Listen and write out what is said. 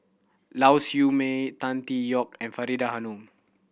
Lau Siew Mei Tan Tee Yoke and Faridah Hanum